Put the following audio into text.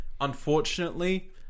unfortunately